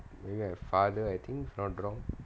maybe my father I think not if not wrong